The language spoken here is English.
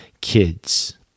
kids